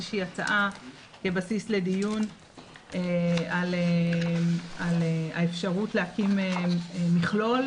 שהיא הצעה כבסיס לדיון על האפשרות להקים מכלול,